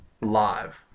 live